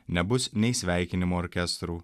nebus nei sveikinimo orkestrų